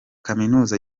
kaminuza